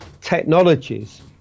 technologies